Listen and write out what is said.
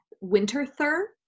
winterthur